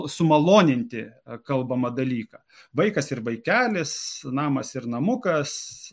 sumaloninti kalbamą dalyką vaikas ir vaikelis namas ir namukas